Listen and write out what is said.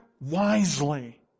wisely